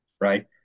right